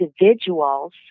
individual's